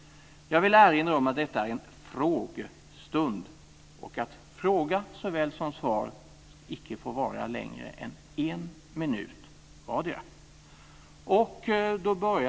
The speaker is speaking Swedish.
Jag vill erinra om att detta är en frågestund och att fråga såväl som svar icke får vara längre än en minut vardera.